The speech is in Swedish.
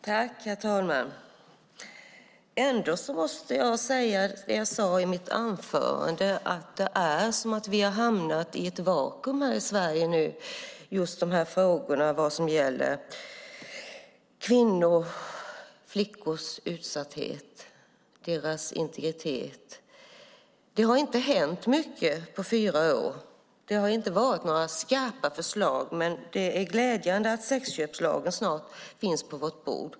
Herr talman! Ändå måste jag säga det jag sade i mitt anförande: Det är som om vi har hamnat i ett vakuum här i Sverige nu när det gäller frågorna om kvinnors och flickors utsatthet och integritet. Det har inte hänt mycket på fyra år. Det har inte varit några skarpa förslag, men det är glädjande att sexköpslagen snart finns på vårt bord.